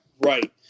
Right